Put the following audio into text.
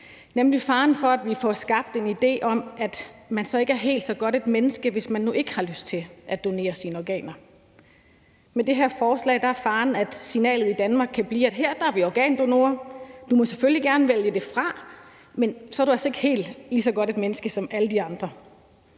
nemlig faren for, at vi får skabt en idé om, at man så ikke er helt så godt et menneske, hvis man nu ikke har lyst til at donere sine organer. Med det her forslag er faren, at signalet i Danmark kan blive, at her er vi organdonorer; du må selvfølgelig gerne vælge det fra, men så er du altså ikke helt lige så godt et menneske som alle de andre.